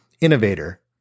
innovator